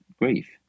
grief